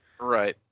Right